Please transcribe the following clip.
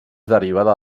derivada